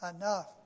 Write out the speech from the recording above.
enough